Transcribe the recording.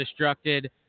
destructed